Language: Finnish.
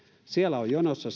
siellä on jonossa